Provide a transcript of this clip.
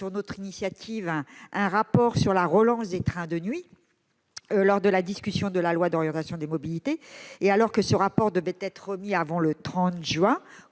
notre initiative, un rapport sur la relance des trains de nuit dans le cadre de la discussion de la loi d'orientation des mobilités et alors que ce rapport doit être remis avant le 30 juin,